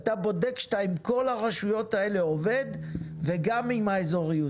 אתה בודק שאתה עם כל הרשויות האלה עובד וגם עם האזוריות.